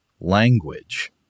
language